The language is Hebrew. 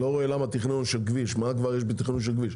מה כבר יש בתכנון של כביש?